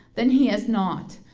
then he has naught?